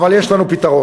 אבל יש לנו פתרון.